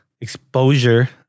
exposure